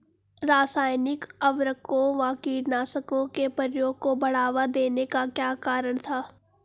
रासायनिक उर्वरकों व कीटनाशकों के प्रयोग को बढ़ावा देने का क्या कारण था?